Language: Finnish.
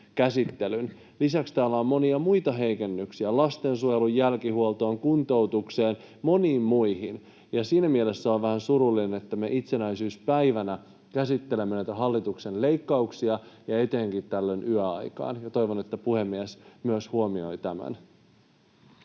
Lisäksi täällä on monia muita heikennyksiä: lastensuojelun jälkihuoltoon, kuntoutukseen, moniin muihin, ja siinä mielessä olen vähän surullinen, että me itsenäisyyspäivänä käsittelemme näitä hallituksen leikkauksia ja etenkin tällöin yöaikaan. Toivon, että puhemies myös huomioi tämän.